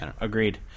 Agreed